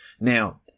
Now